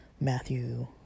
Matthew